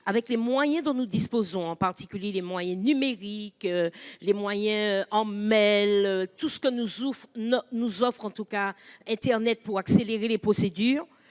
avec les moyens dont nous disposons, en particulier les moyens numériques et ceux que nous offre internet pour accélérer les procédures,